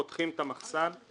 פותחים את המחסן,